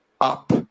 up